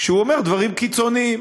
כשהוא אומר דברים קיצוניים.